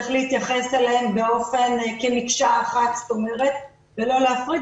צריך להתייחס אליהם כמקשה אחת ולא להפריד,